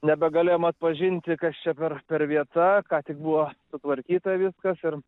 nebegalėjom atpažinti kas čia per per vieta ką tik buvo sutvarkyta viskas ir